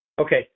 Okay